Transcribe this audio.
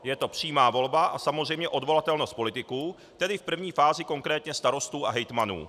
Je to přímá volba a samozřejmě odvolatelnost politiků, tedy v první fázi konkrétně starostů a hejtmanů.